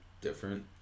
different